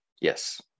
Yes